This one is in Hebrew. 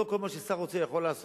לא כל מה ששר רוצה, יכול לעשות.